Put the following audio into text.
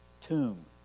tomb